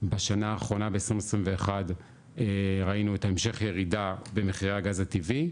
בשנה האחרונה ב- 2021 ראינו את המשך הירידה במחירי הגז הטבעי,